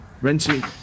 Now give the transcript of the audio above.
renting